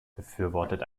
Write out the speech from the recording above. befürwortet